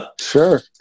Sure